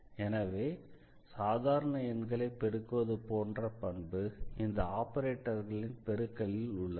எனவே சாதாரண எண்களை பெருக்குவது போன்ற பண்பு இந்த ஆபரேட்டர்களின் பெருக்கலில் உள்ளது